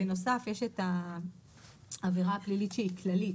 בנוסף יש את העבירה הפלילית היא כללית,